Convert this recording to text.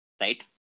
right